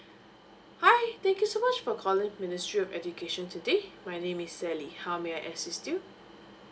hi thank you so much for calling ministry of education today my name is sally how may I assist you